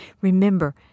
Remember